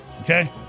okay